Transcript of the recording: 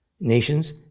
nations